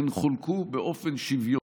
הן חולקו באופן שוויוני.